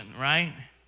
right